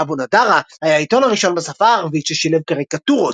"אבו נדארה" היה העיתון הראשון בשפה הערבית ששילב קריקטורות,